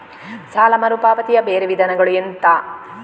ಸಾಲ ಮರುಪಾವತಿಯ ಬೇರೆ ವಿಧಾನಗಳು ಎಂತ?